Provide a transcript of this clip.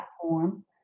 platform